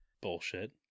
bullshit